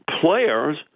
players